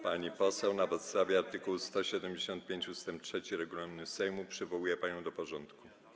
Pani poseł, na podstawie art. 175 ust. 3 regulaminu Sejmu przywołuję panią do porządku.